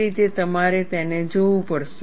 તે રીતે તમારે તેને જોવું પડશે